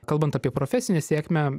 kalbant apie profesinę sėkmę